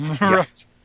Right